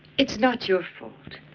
it's not your fault.